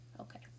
okay